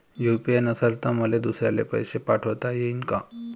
UPI नसल तर मले दुसऱ्याले पैसे पाठोता येईन का?